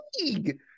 league